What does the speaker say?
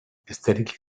aesthetically